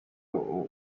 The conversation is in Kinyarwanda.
uri